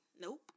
Nope